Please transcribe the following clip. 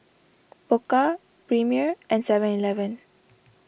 Pokka Premier and Seven Eleven